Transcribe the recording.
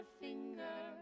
finger